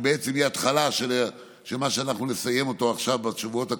שבעצם היא התחלה של מה שאנחנו נסיים עכשיו בשבועות הקרובים,